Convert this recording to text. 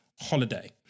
holiday